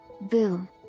boom